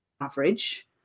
average